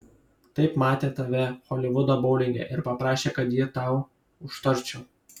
taip matė tave holivudo boulinge ir paprašė kad jį tau užtarčiau